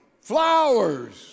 flowers